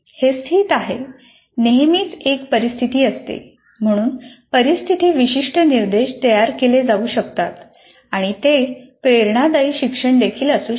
हे स्थित आहे नेहमीच एक परिस्थिती असते म्हणजे परिस्थिती विशिष्ट निर्देश तयार केले जाऊ शकतात आणि ते प्रेरणादायी शिक्षण देखील असू शकते